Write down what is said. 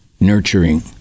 nurturing